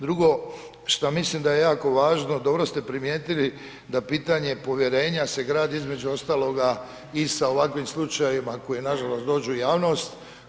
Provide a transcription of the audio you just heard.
Drugo šta mislim da je jako važno, dobro ste primijetili da pitanje povjerenja se gradi između ostaloga i sa ovakvim slučajevima koji nažalost dođu u javnost.